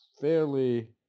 fairly